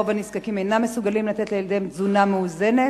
רוב הנזקקים אינם מסוגלים לתת לילדיהם תזונה מאוזנת.